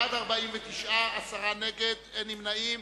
בעד, 49, נגד, 10, אין נמנעים.